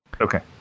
Okay